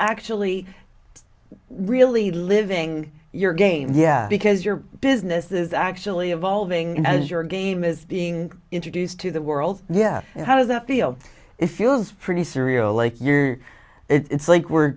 actually really living your game yeah because your business is actually evolving and as your game is being introduced to the world yeah how does that feel it feels pretty surreal like you're it's